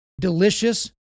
delicious